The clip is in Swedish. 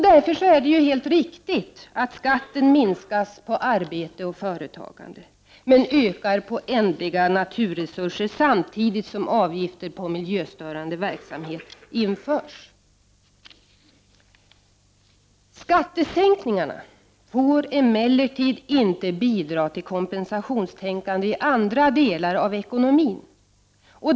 Därför är det helt riktigt att skatten minskar på arbete och föreiagande, men ökar på ändliga naturresurser samtidigt som avgifter på miljöstörande verksamhet införs. Skattesänkningarna får emellertid inte bidra till kompensationstänkande i andra delar av ekonomin.